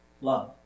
love